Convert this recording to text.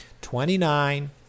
Twenty-nine